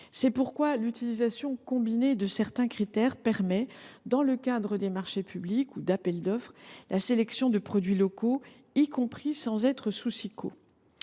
C’est pourquoi l’utilisation combinée de certains critères permet, dans le cadre de marchés publics ou d’appels d’offres, la sélection de produits locaux, y compris hors Siqo.